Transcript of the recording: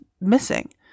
missing